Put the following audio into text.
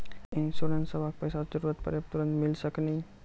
इंश्योरेंसबा के पैसा जरूरत पड़े पे तुरंत मिल सकनी?